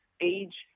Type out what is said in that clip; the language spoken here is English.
age